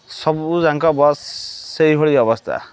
ସବୁ ଯାକ ବସ୍ ସେଇଭଳି ଅବସ୍ଥା